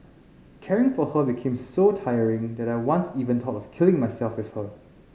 caring for her became so tiring that I once even thought of killing myself with her